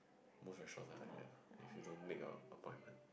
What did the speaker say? most restaurants all like that lah if you don't make a appointment